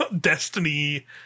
destiny